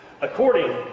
according